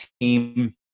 team